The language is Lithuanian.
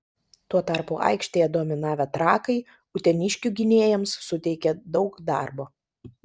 tuo tarpu aikštėje dominavę trakai uteniškių gynėjams suteikė daug darbo